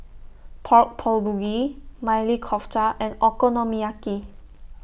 Pork Bulgogi Maili Kofta and Okonomiyaki